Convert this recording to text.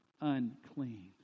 unclean